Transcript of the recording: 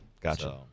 gotcha